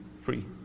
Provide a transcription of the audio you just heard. free